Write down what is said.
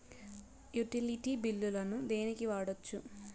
Utility బిల్లులను దేనికి వాడొచ్చు?